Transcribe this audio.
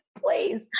Please